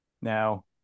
Now